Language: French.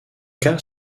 cas